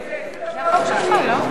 איזה דבר זה?